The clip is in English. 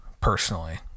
personally